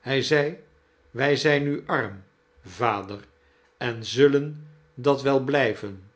hij zei wij zijn nu arm vader en zullen dat wel blijven